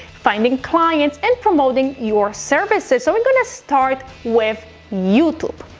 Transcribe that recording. finding clients, and promoting your services. so we're going to start with youtube.